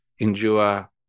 endure